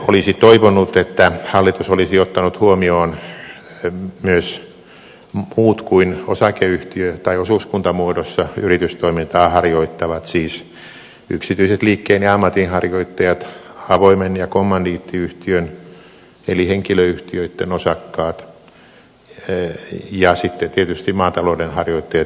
olisi toivonut että hallitus olisi ottanut huomioon myös muut kuin osakeyhtiö tai osuuskuntamuodossa yritystoimintaa harjoittavat siis yksityiset liikkeen ja ammatinharjoittajat avointen ja kommandiittiyhtiöitten eli henkilöyhtiöitten osakkaat ja tietysti maatalouden ja metsätalouden harjoittajat